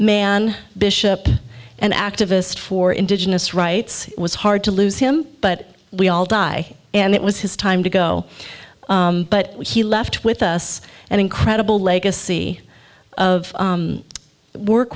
man bishop an activist for indigenous rights it was hard to lose him but we all die and it was his time to go but he left with us an incredible legacy of work